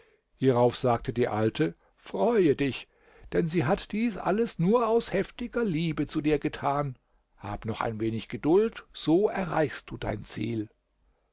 hierauf sagte die alte freue dich denn sie hat dies alles nur aus heftiger liebe zu dir getan hab noch ein wenig geduld so erreichst du dein ziel